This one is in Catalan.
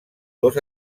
dos